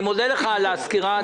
אני מודה לך על הסקירה.